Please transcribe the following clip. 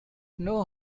know